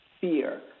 fear